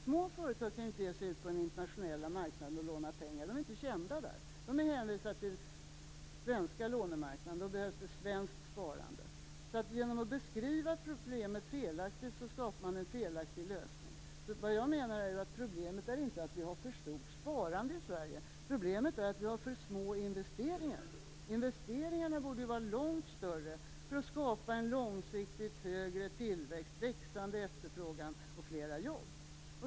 Små företag kan ju inte ge sig ut på den internationella marknaden och låna pengar. De är inte kända där. De här hänvisade till den svenska lånemarknaden, och då behövs det svenskt sparande. Genom att beskriva problemet felaktigt, skapar man en felaktig lösning. Problemet är inte att vi har ett för stort sparande i Sverige. Problemet är att vi har för små investeringar. Investeringarna borde vara långt större för att skapa en långsiktigt högre tillväxt, växande efterfrågan och fler jobb.